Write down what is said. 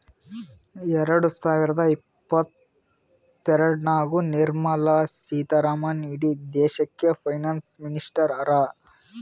ಎರಡ ಸಾವಿರದ ಇಪ್ಪತ್ತಎರಡನಾಗ್ ನಿರ್ಮಲಾ ಸೀತಾರಾಮನ್ ಇಡೀ ದೇಶಕ್ಕ ಫೈನಾನ್ಸ್ ಮಿನಿಸ್ಟರ್ ಹರಾ